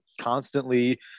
constantly